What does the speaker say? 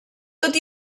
tot